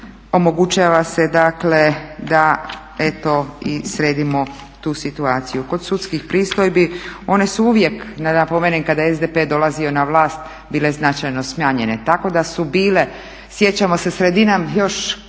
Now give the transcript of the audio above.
omogućava se dakle da eto i sredimo tu situaciju. Kod sudskih pristojbi one su uvijek da napomenem kada je SDP dolazio na vlast bile značajno smanjene. Tako da su bile sjećamo se sredinom još konac